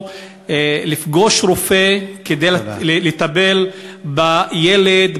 או לפגוש רופא כדי לטפל בילד,